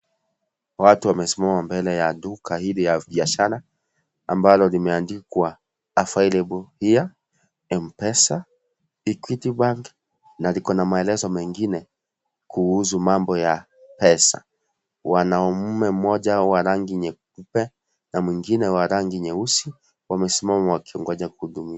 Watu wamesimama mbele ya duka hili ya biashara ambalo limeandikwa Available here M- pesa, Equity Bank, na likona maelezo mengine, kuhusu mambo ya pesa wanaume mmoja wa rangi nyeupe na mwingine wa rangi nyeusi wamesimama wakingoja kuhudumiwa.